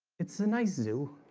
it's a nice zoo,